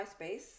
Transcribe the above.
MySpace